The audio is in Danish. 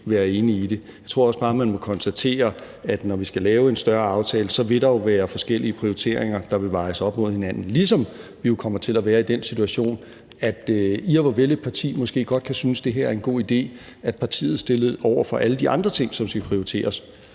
være enige i det. Jeg tror også bare, man må konstatere, at når vi skal lave en større aftale, vil der jo være forskellige prioriteringer, der vil blive vejet op mod hinanden, ligesom vi kommer til at være i den situation, at ihvorvel et parti måske godt kan synes, det her er en god ide, så vil partiet – stillet over for alle de andre ting, som skal prioriteres